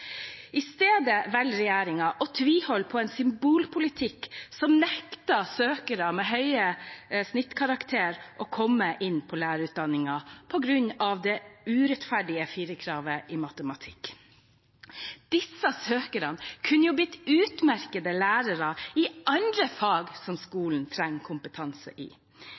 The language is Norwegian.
I stedet velger regjeringen å tviholde på en symbolpolitikk som nekter søkere med høye snittkarakterer å komme inn på lærerutdanningen på grunn av det urettferdige firerkravet i matematikk. Disse søkerne kunne ha blitt utmerkede lærere i andre fag som skolen trenger kompetanse i.